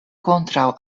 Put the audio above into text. kontraŭ